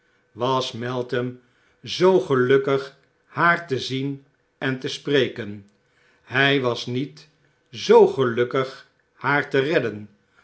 was meltham zoo gelukkig haar te zien en te spreken hij was niet zoo gelukkig haar te redden